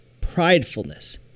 pridefulness